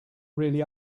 really